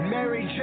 Mary